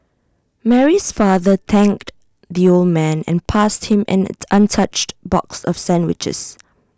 Mary's father thanked the old man and passed him an untouched box of sandwiches